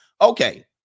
Okay